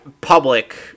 public